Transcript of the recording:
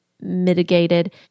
mitigated